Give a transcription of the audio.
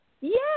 Yes